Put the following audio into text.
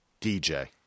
DJ